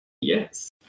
Yes